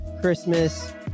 Christmas